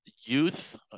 youth